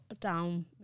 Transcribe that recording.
down